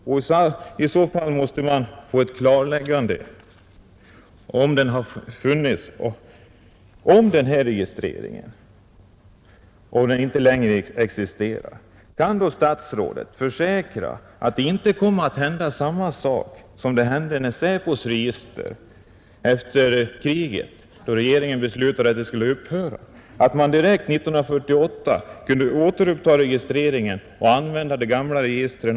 Om det kan klarläggas att registreringen inte längre existerar, kan då statsrådet försäkra att inte samma sak kommer att hända som hände med SÄPO:s register efter kriget. Regeringen beslutade att registreringen skulle upphöra, men 1948 återupptogs den och man använde då de gamla registren.